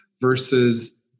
versus